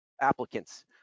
applicants